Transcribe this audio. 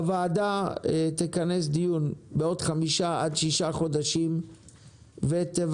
הוועדה תכנס דיון בעוד חמישה עד שישה חודשים ותבקש